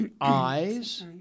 Eyes